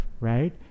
right